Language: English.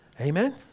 Amen